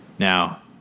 Now